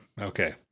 Okay